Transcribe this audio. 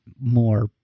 more